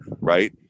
right